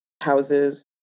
houses